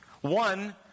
One